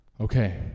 Okay